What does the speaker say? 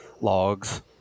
logs